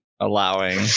allowing